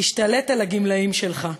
תשתלט על הגמלאים שלך.